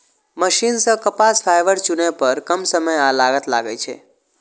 machine सं कपास fibre चुनै पर कम समय आ लागत लागै छै